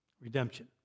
redemption